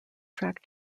track